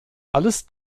alles